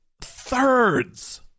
thirds